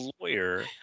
lawyer